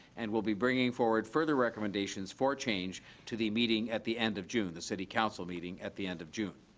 and will be bringing forward further recommendations for change to the meeting at the end of june the city council meeting at the end of june.